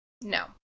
no